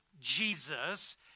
Jesus